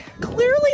Clearly